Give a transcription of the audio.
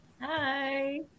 Hi